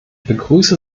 begrüße